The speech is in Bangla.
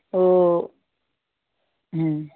ও হুম